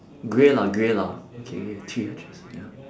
grey lah grey lah okay okay three patches ya